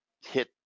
hit